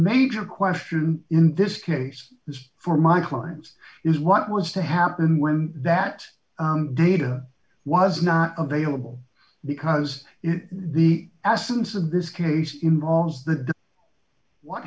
major question in this case is for my clients is what was to happen when that data was not available because in the absence of this case involves the what